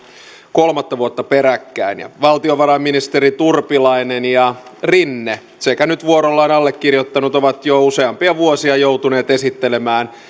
kolmatta vuotta peräkkäin ja valtiovarainministerit urpilainen ja rinne sekä nyt vuorollaan allekirjoittanut ovat jo useampia vuosia joutuneet esittelemään